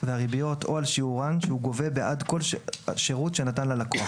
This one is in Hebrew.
והריביות או על שיעורן שהוא גובה בעד כל שירות שנתן ללקוח,